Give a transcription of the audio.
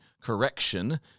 correction